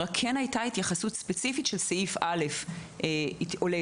הייתה התייחסות ספציפית של סעיף א' ליוצאי